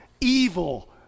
evil